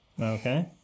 Okay